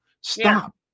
Stop